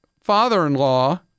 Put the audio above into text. father-in-law